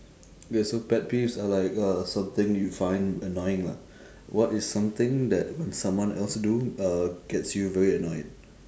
okay so pet peeves are like uh something you find annoying lah what is something that when someone else do uh gets you very annoyed